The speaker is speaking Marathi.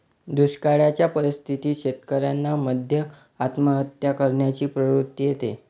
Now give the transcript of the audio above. दुष्काळयाच्या परिस्थितीत शेतकऱ्यान मध्ये आत्महत्या करण्याची प्रवृत्ति येते